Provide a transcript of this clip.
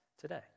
today